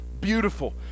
beautiful